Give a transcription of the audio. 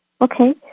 Okay